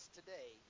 today